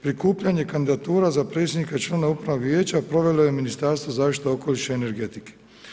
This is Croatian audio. Prikupljanje kandidatura za predsjednika i članove upravnog vijeća provelo je Ministarstvo zaštite okoliša i energetike.